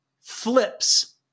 flips